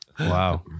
Wow